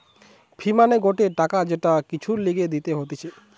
ফি মানে গটে টাকা যেটা কিছুর লিগে দিতে হতিছে